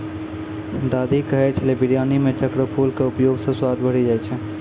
दादी कहै छेलै बिरयानी मॅ चक्रफूल के उपयोग स स्वाद बढ़ी जाय छै